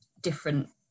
different